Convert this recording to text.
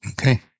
okay